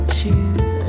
choose